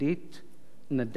נדם פתאום".